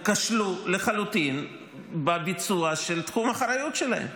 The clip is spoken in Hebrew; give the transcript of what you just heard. הם כשלו לחלוטין בביצוע של תחום האחריות שלהם,